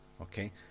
Okay